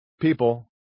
People